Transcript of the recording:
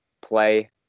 play